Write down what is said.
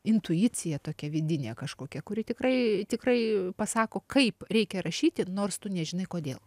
intuicija tokia vidinė kažkokia kuri tikrai tikrai pasako kaip reikia rašyti nors tu nežinai kodėl